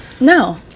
No